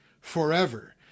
forever